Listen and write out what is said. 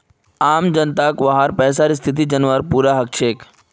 आम जनताक वहार पैसार स्थिति जनवार पूरा हक छेक